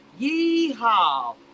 Yeehaw